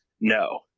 No